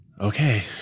okay